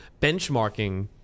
benchmarking